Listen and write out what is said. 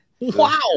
Wow